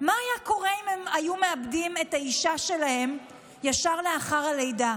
מה היה קורה אם היו מאבדים את האישה שלהם ישר לאחר הלידה.